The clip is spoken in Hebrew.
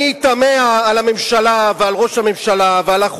יש ראש ממשלה שמוביל את כל הקומבינות האלה.